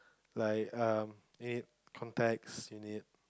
like um you need context you need